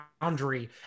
boundary